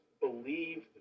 believe